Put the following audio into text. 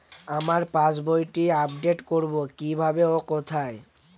আমার পাস বইটি আপ্ডেট কোরবো কীভাবে ও কোথায়?